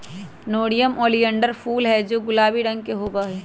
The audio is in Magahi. नेरियम ओलियंडर फूल हैं जो गुलाबी रंग के होबा हई